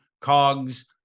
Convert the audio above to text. cogs